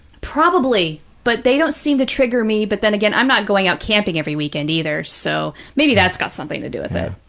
probably, but they don't seem to trigger me, but then again, i'm not going out camping every weekend either, so maybe that's got something to do with it.